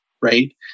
Right